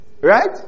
right